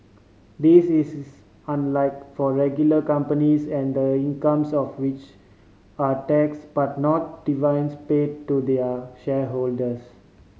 this is unlike for regular companies and the incomes of which are tax but not dividends pay to their shareholders